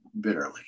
bitterly